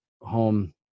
home